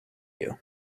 you